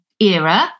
era